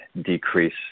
decrease